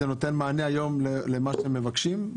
זה נותן מענה היום למה שהם מבקשים?